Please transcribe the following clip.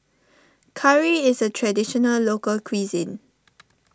Curry is a Traditional Local Cuisine